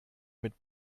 mit